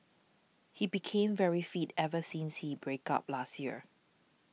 he became very fit ever since he break up last year